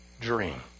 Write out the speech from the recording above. dream